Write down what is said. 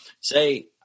Say